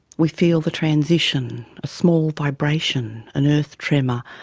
we feel the transition, a small vibration, an earth tremor.